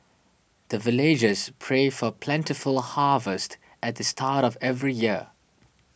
the villagers pray for plentiful harvest at the start of every year